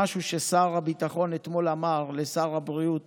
משהו ששר הביטחון אמר אתמול לשר הבריאות